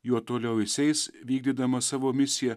juo toliau jis eis vykdydamas savo misiją